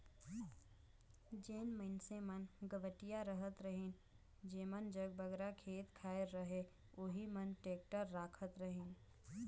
जेन मइनसे मन गवटिया रहत रहिन जेमन जग बगरा खेत खाएर रहें ओही मन टेक्टर राखत रहिन